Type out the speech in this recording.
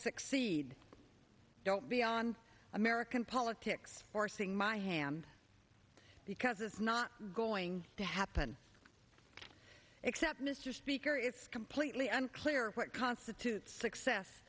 succeed don't be on american politics forcing my hand because it's not going to happen except mr speaker it's completely unclear what constitutes success